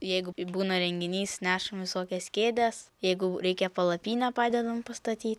jeigu būna renginys nešam visokias kėdes jeigu reikia palapinę padedam pastaty